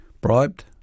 bribed